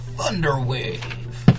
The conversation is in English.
Thunderwave